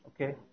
Okay